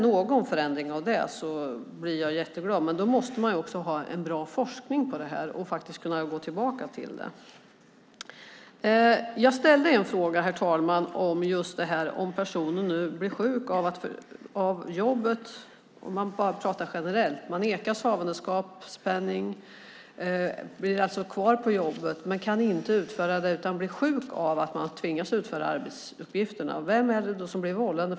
Jag blir jätteglad om det kommer någon förändring av det, men då måste man också ha en bra forskning och kunna gå tillbaka till detta. Herr talman! Jag ställde en fråga om vad som händer om personen blir sjuk av jobbet. Nu pratar jag bara generellt. Man nekas havandeskapspenning och blir alltså kvar på jobbet men kan inte utföra det utan blir sjuk av att man tvingas utföra arbetsuppgifterna. Vem är det då som blir vållande?